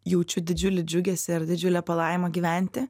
jaučiu didžiulį džiugesį ar didžiulę palaimą gyventi